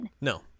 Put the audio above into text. No